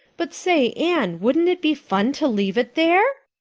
but say, anne, wouldn't it be fun to leave it there?